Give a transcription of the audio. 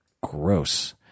gross